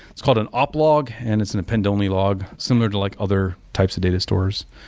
it's called an uplog and it's an append-only log, similar to like other types of data stores.